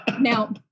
Now